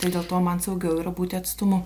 tai dėl to man saugiau yra būti atstumu